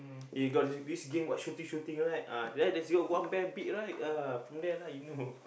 you got this game what shooting shooting right ah there there's this one bear big right ah from there lah you know